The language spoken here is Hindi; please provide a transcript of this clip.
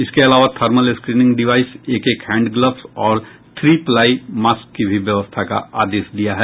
इसके अलावा थर्मल स्क्रीनिंग डिवाईस एक एक हैंड ग्लब्स और थ्री प्लाई मास्क की भी व्यवस्था का आदेश दिया है